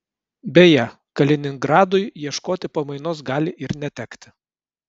beje kaliningradui ieškoti pamainos gali ir netekti